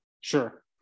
Sure